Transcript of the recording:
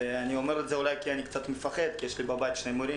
אני אומר את זה אולי כי אני קצת מפחד כי יש לי בבית שתי מורות,